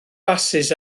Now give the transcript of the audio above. basys